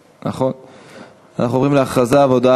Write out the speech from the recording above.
בעד,